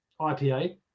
IPA